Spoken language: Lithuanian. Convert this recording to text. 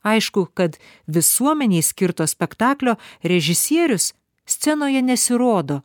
aišku kad visuomenei skirto spektaklio režisierius scenoje nesirodo